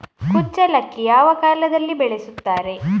ಕುಚ್ಚಲಕ್ಕಿ ಯಾವ ಕಾಲದಲ್ಲಿ ಬೆಳೆಸುತ್ತಾರೆ?